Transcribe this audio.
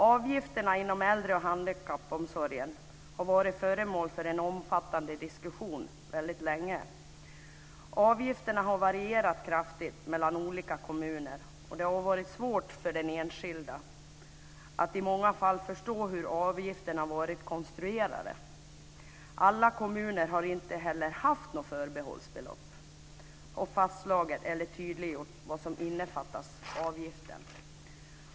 Avgifterna inom äldre och handikappomsorgen har varit föremål för en omfattande diskussion väldigt länge. Avgifterna har varierat kraftigt mellan olika kommuner, och det har i många fall varit svårt för den enskilda att förstå hur avgifterna har varit konstruerade. Alla kommuner har inte heller haft något förbehållsbelopp fastslaget eller tydliggjort vad som innefattas i avgiften.